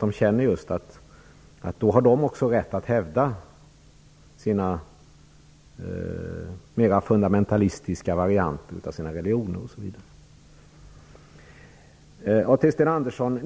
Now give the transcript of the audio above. De känner att de också har rätt att hävda sina mera fundamentalistiska varianter av sina religioner osv. Jag såg en siffra, Sten Andersson,